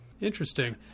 Interesting